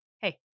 Hey